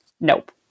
nope